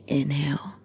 inhale